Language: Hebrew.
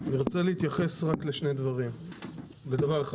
אני ארצה להתייחס רק לדבר אחד.